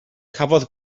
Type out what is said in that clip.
cafodd